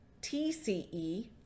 TCE